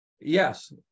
yes